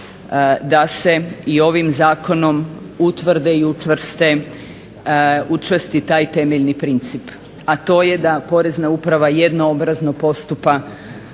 da se i ovim zakonom utvrdi i učvrsti taj temeljni princip, a to je da Porezna uprava jednoobrazno postupa